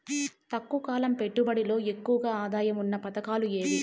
తక్కువ కాలం పెట్టుబడిలో ఎక్కువగా ఆదాయం ఉన్న పథకాలు ఏమి?